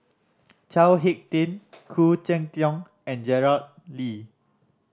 Chao Hick Tin Khoo Cheng Tiong and Gerard